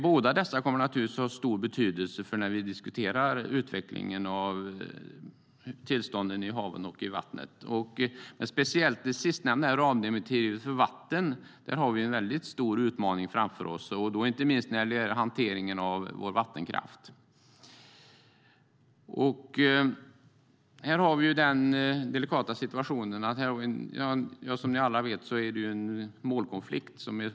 Båda dessa kommer naturligtvis att ha stor betydelse för när vi diskuterar utvecklingen av tillstånden i haven och i vattnet. Speciellt för det sistnämnda ramdirektivet för vatten har vi en stor utmaning framför oss, inte minst när det gäller hanteringen av vår vattenkraft. Här har vi den delikata situationen att det finns en tydlig målkonflikt.